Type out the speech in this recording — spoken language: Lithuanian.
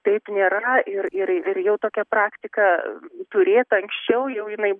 taip nėra ir ir ir jau tokia praktika turėt anksčiau jau jinai